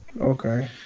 Okay